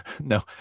No